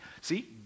See